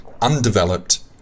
undeveloped